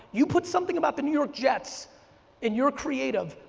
you put something about the new york jets in your creative,